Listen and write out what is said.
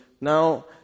now